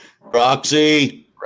Roxy